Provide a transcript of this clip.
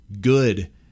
good